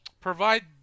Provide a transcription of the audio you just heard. Provide